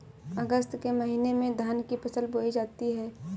अगस्त के महीने में धान की फसल बोई जाती हैं